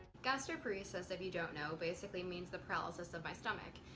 gastroparesis if you don't know basically means the paralysis of my stomach.